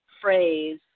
phrase